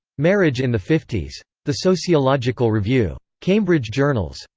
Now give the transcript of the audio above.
marriage in the fifties. the sociological review. cambridge journals.